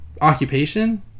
occupation